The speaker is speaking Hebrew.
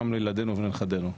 גם לילדינו ולנכדינו.